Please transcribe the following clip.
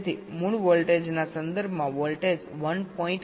તેથી મૂળ વોલ્ટેજના સંદર્ભમાં વોલ્ટેજ 1